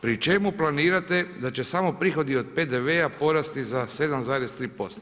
Pri čemu planirate da će samo od prihodi od PDV-a porasti za 7,3%